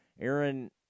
Aaron